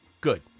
good